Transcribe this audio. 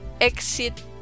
exit